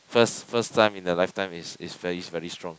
first first time in the life time is is very very strong